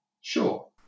sure